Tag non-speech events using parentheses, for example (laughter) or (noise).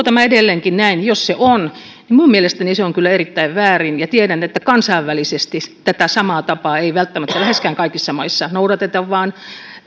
(unintelligible) tämä edelleenkin näin jos se on niin minun mielestäni se on kyllä erittäin väärin ja tiedän että kansainvälisesti tätä samaa tapaa ei välttämättä läheskään kaikissa maissa noudateta vaan